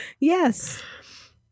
Yes